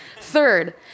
Third